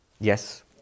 Yes